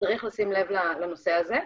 צריך לשים לב לנושא הזה.